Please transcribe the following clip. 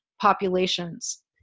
populations